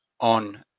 On